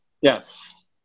Yes